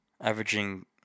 Averaging